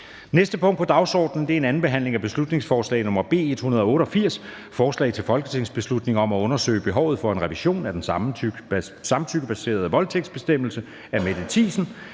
næste punkt på dagsordenen er: 52) 2. (sidste) behandling af beslutningsforslag nr. B 188: Forslag til folketingsbeslutning om at undersøge behovet for en revision af den samtykkebaserede voldtægtsbestemmelse. Af Mette Thiesen